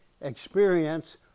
experience